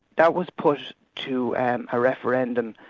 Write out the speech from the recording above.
that was pushed to and a referendum,